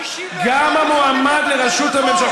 גם המועמד לראשות הממשלה,